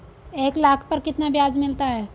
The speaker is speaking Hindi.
एक लाख पर कितना ब्याज मिलता है?